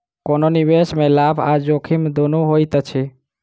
कोनो निवेश में लाभ आ जोखिम दुनू होइत अछि